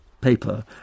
paper